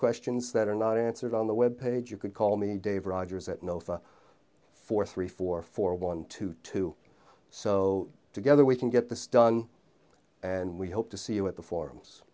questions that are not answered on the web page you could call me dave rogers at no five four three four four one two two so together we can get this done and we hope to see you at the forums